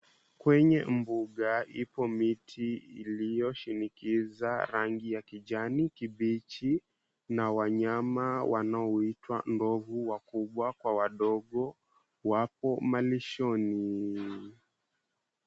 Kwenye mbuga ipo miti iliyoshinikiza rangi ya kijanikibichi na wanyama wanaoitwa ndovu wakubwa kwa wadogo wapo malishoni.